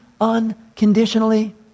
unconditionally